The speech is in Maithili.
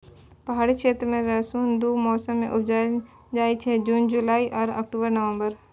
पहाड़ी क्षेत्र मे रसुन दु मौसम मे उपजाएल जाइ छै जुन जुलाई आ अक्टूबर नवंबर